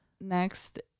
Next